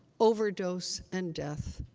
overdose, and death?